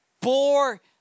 bore